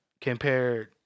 compared